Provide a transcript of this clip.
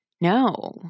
No